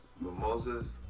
Mimosas